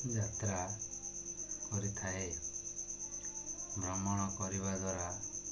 ଯାତ୍ରା କରିଥାଏ ଭ୍ରମଣ କରିବା ଦ୍ୱାରା